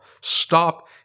stop